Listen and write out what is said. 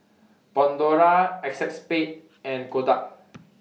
Pandora ACEXSPADE and Kodak